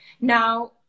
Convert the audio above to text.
Now